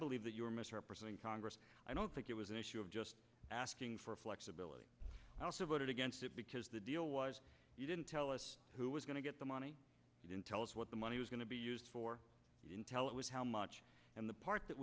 believe that you're misrepresenting congress i don't think it was an issue of just asking for flexibility i also voted against it because the deal was you didn't tell us who was going to get the money in tell us what the money was going to be used for intel it was how much and the part that